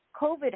COVID